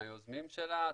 מהיוזמים שלה,